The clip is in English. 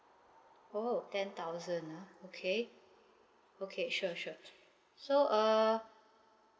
oh ten thousand ah okay okay sure sure so uh